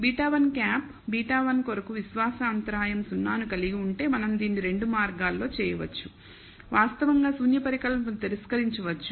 β̂1 β1 కొరకు విశ్వాస అంతరాయం 0 ను కలిగి ఉంటే మనం దీనిని 2 మార్గాలలో చేయవచ్చు వాస్తవంగా శూన్య పరికల్పనను తిరస్కరించవచ్చు